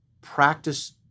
practice